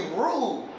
rude